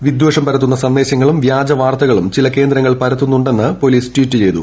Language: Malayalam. വിദ്വേഷം പരത്തുന്ന സന്ദേശങ്ങളും വ്യാജവാർത്തകളും ചില കേന്ദ്രങ്ങൾ പരത്തുന്നുണ്ടെന്ന് പൊലീസ് ട്വീറ്റ് ചെയ്തു